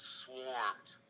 swarmed